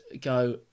go